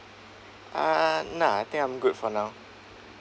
ah nah I think I'm good for now